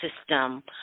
system